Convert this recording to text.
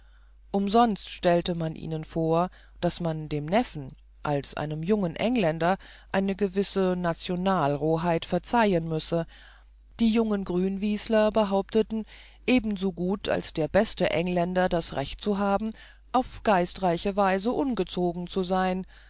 umsonst stellte man ihnen vor daß man dem neffen als einem jungen engländer eine gewisse nationalroheit verzeihen müsse die jungen grünwieseler behaupteten ebensogut als der beste engländer das recht zu haben auf geistreiche weise ungezogen zu sein